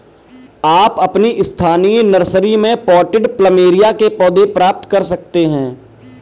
आप अपनी स्थानीय नर्सरी में पॉटेड प्लमेरिया के पौधे प्राप्त कर सकते है